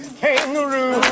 kangaroo